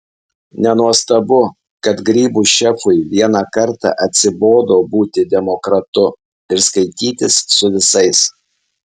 nenuostabu kad grybų šefui vieną kartą atsibodo būti demokratu ir skaitytis su visais